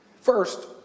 First